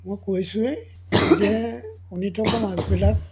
মই কৈছোঁৱেই যে কণী থকা মাছবিলাক